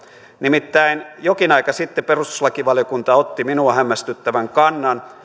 nimittäin jokin aika sitten perustuslakivaliokunta otti minua hämmästyttävän kannan